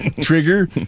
Trigger